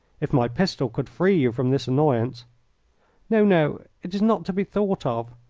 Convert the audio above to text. if my pistol could free you from this annoyance no, no, it is not to be thought of.